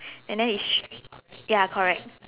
and then it's ya correct